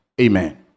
Amen